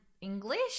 English